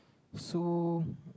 so